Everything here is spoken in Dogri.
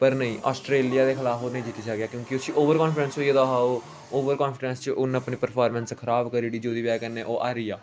पर नेईं आस्ट्रेलिया दे खलाफ ओह् नेईं जित्ती सकेआ क्योंकि उसी ओवर कान्फीडेस होई गेदा हा ओवर कान्फीडेंस च उन्न अपनी प्रफारमेंस खराब करी ओड़ी जेह्दी बजह कन्नै ओह हारी गेआ